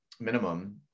Minimum